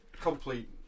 complete